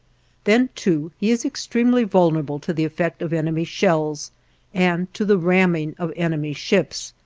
then, too, he is extremely vulnerable to the effect of enemy shells and to the ramming of enemy ships.